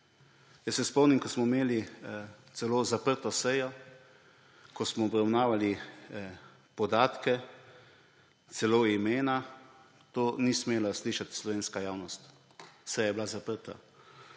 Jaz se spomnim, ko smo celo imeli zaprto sejo, ko smo obravnavali podatke, celo imena, tega ni smela slišati slovenska javnost, seja je bila zaprta.